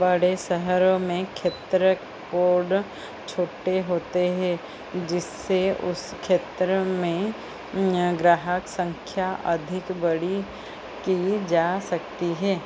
बड़े शहरों में क्षेत्र कोड छोटे होते हैं जिससे उस क्षेत्र में ग्राहक संख्या अधिक बड़ी की जा सकती है